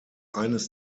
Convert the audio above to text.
eines